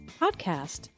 podcast